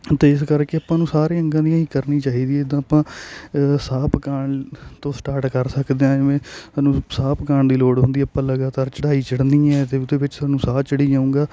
ਤਾਂ ਇਸ ਕਰਕੇ ਆਪਾਂ ਨੂੰ ਸਾਰੇ ਅੰਗਾਂ ਦੀਆਂ ਹੀ ਕਰਨੀ ਚਾਹੀਦੀਆਂ ਜਿੱਦਾਂ ਆਪਾਂ ਸਾਹ ਪਕਾਉਣ ਤੋਂ ਸਟਾਰਟ ਕਰ ਸਕਦੇ ਹਾਂ ਜਿਵੇਂ ਸਾਹ ਪਕਾਉਣ ਦੀ ਲੋੜ ਹੁੰਦੀ ਆਪਾਂ ਲਗਾਤਾਰ ਚੜ੍ਹਾਈ ਚੜ੍ਹਨੀ ਹੈ ਤਾਂ ਉਹਦੇ ਵਿੱਚ ਸਾਨੂੰ ਸਾਹ ਚੜੀ ਜਾਵੇਗਾ